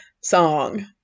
song